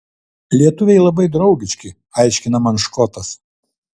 lietuviai labai draugiški aiškina man škotas